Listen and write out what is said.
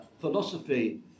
philosophy